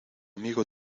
amigo